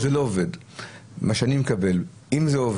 אז אני מקבל ביקורות על כך שזה לא עובד.